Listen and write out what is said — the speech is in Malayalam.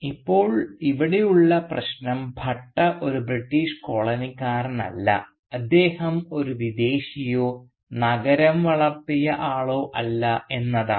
ഇപ്പോൾ ഇവിടെയുള്ള പ്രശ്നം ഭട്ട ഒരു ബ്രിട്ടീഷ് കോളനിക്കാരനല്ല അദ്ദേഹം ഒരു വിദേശിയോ നഗരം വളർത്തിയ ആളോ അല്ല എന്നതാണ്